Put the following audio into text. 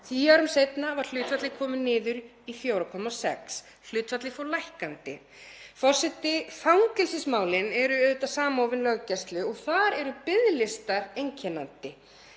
tíu árum seinna var hlutfallið komið niður í 4,6. Hlutfallið fór lækkandi. Forseti. Fangelsismálin eru auðvitað samofin löggæslu og þar eru biðlistar einkennandi.